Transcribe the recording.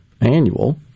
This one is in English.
annual